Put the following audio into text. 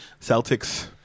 Celtics